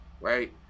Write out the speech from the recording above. right